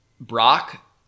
Brock